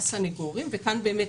הסנגורים וכאן תכף